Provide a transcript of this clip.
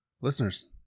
Listeners